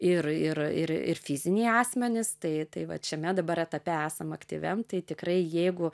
ir ir ir ir fiziniai asmenys tai tai vat šiame dabar etape esam aktyviam tai tikrai jeigu